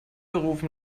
rufen